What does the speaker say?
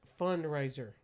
Fundraiser